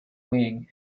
wing